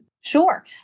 Sure